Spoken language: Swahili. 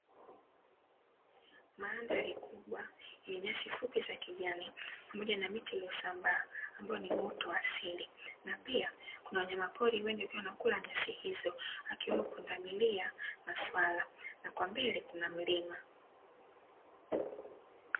Mandhari kubwa yenye nyasi fupi za kijani pamoja na miti iliyosambaa ambayo ni uoto wa asili, na pia kuna wanyamapori wengi wakiwa wanakula nyasi hizo akiwemo pundamilia na swala; na kwa mbele kuna mlima.